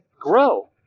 grow